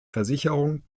versicherung